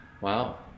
Wow